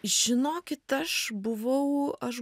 žinokit aš buvau aš